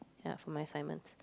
ya for my assignments